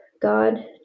God